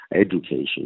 education